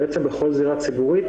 ובעצם בכל זירה ציבורית,